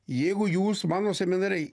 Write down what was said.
jeigu jūs mano seminare